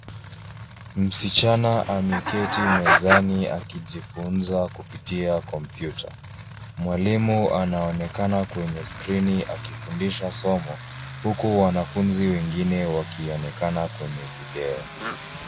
Msichana ameketi mezani akijifunza kupitia kompyuta. Mwalimu anaonekana kwenye skrini akifundisha somo huku wanafunzi wengine wakionekana kwenye video.